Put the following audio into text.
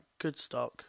Goodstock